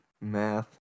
math